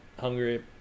hungry